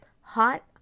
Hot